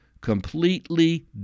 completely